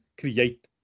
create